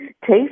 taste